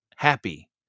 happy